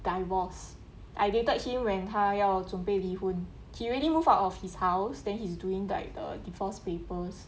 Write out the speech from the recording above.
divorce I dated him when 他要准备离婚 he already move out of his house then he's doing like the divorce papers